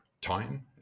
time